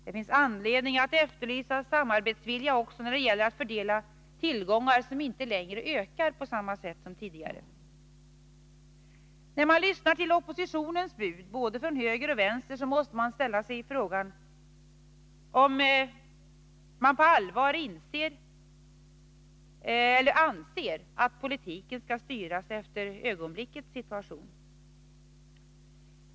Det finns anledning att efterlysa samarbetsvilja också när det gäller att fördela tillgångar som inte längre ökar på samma sätt som tidigare. När man lyssnar till oppositionens bud, från både höger och vänster, måste man ställa sig frågan om oppositionspartierna på allvar anser att politiken skall styras av ögonblickets situation.